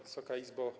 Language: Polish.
Wysoka Izbo!